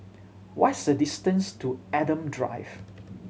what is the distance to Adam Drive